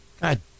God